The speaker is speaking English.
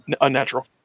unnatural